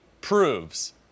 proves